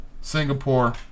Singapore